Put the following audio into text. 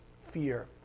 fear